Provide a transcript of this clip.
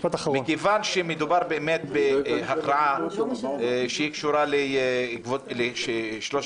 מכיוון שמדובר בהכרעה שקשורה לשלוש